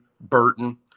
Burton